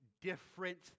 different